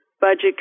budget